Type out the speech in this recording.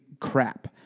crap